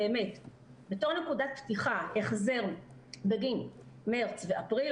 בתור נקודת פתיחה החזר בגין מרץ ואפריל,